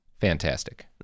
Fantastic